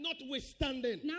notwithstanding